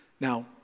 Now